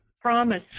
promise